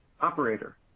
Operator